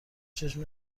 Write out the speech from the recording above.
چشم